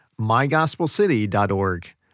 mygospelcity.org